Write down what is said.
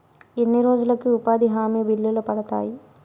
ఎన్ని రోజులకు ఉపాధి హామీ బిల్లులు పడతాయి?